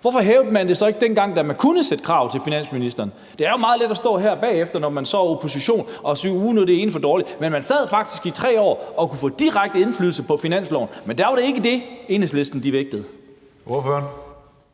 hvorfor hævede man det så ikke, dengang man kunne sætte krav til finansministeren? Det er jo meget let at stå her bagefter, når man så er i opposition, og sige, at nu er det for dårligt. Men man sad faktisk 3 år og kunne få direkte indflydelse på finansloven, men der var det ikke det, Enhedslisten vægtede. Kl.